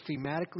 thematically